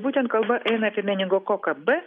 būtent kalba eina apie meningokoką b